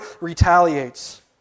retaliates